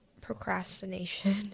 procrastination